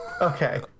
Okay